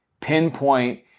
pinpoint